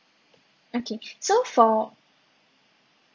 okay so for